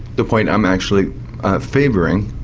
the point i'm actually favouring,